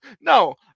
No